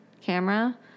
camera